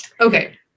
Okay